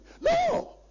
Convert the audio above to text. No